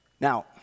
Now